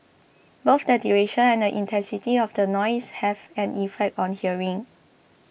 both the duration and the intensity of the noise have an effect on hearing